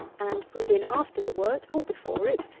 and put in after the wort, or before it,